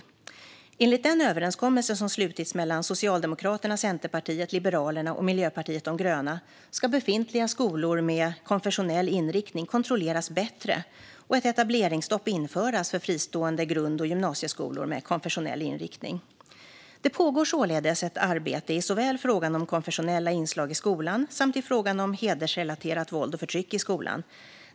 Enligt den överenskommelse som slutits mellan Socialdemokraterna, Centerpartiet, Liberalerna och Miljöpartiet de gröna ska befintliga skolor med konfessionell inriktning kontrolleras bättre och ett etableringsstopp införas för fristående grund och gymnasieskolor med konfessionell inriktning. Det pågår således ett arbete i såväl fråga om konfessionella inslag i skolan samt i fråga om hedersrelaterat våld och förtryck i skolan.